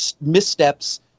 missteps